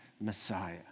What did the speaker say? Messiah